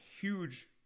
huge